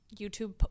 YouTube